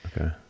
Okay